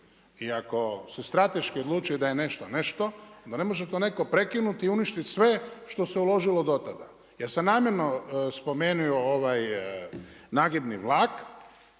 I ako se strateški odlučuje da je nešto nešto, onda ne može to netko prekinuti i uništiti sve što se uložilo do tada. Ja sam namjerno spomenuo ovaj nagibni vlak.